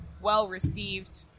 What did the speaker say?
well-received